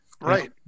right